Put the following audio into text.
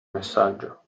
messaggio